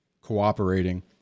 cooperating